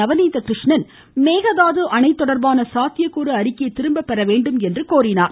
நவநீதகிருஷ்ணன் மேகதாது அணை தொடர்பான சாத்தியக்கூறு அறிக்கையை திரும்ப பெற வேண்டும் என்று கோரினார்